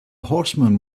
horseman